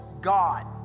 God